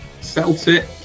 Celtic